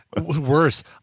worse